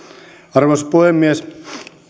arvoisa puhemies